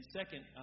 second